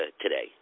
today